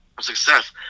success